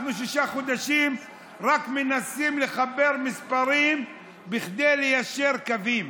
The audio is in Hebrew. אנחנו שישה חודשים רק מנסים לחבר מספרים בכדי ליישר קווים